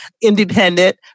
independent